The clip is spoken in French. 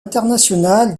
international